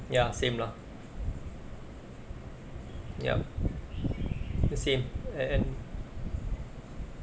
ya same lah yup the same uh and